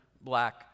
black